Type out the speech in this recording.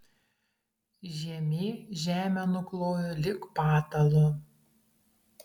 žiemė žemę nukloja lyg patalu